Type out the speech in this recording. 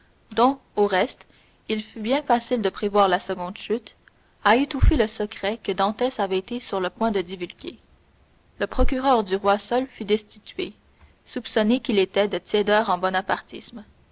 au reste il fut bien facile de prévoir la seconde chute à étouffer le secret que dantès avait été sur le point de divulguer le procureur du roi seul fut destitué soupçonné qu'il était de tiédeur en bonapartisme